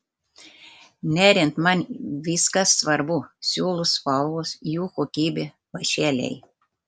neriant man viskas svarbu siūlų spalvos jų kokybė vąšeliai